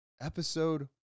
Episode